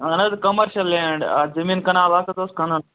اہن حظ commercial land زٔمیٖن کَنال اَکھ حظ اوس کٕنُن